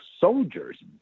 soldiers